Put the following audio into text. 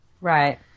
right